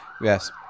Yes